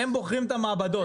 הם בוחרים את המעבדות.